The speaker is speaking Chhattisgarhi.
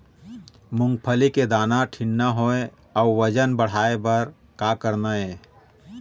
मूंगफली के दाना ठीन्ना होय अउ वजन बढ़ाय बर का करना ये?